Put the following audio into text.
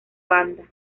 banda